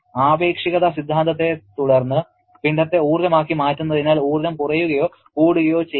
ആപേക്ഷികതാ സിദ്ധാന്തത്തെത്തുടർന്ന് പിണ്ഡത്തെ ഊർജ്ജമാക്കി മാറ്റുന്നതിനാൽ ഊർജ്ജം കുറയുകയോ കൂടുകയോ ചെയ്യാം